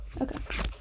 Okay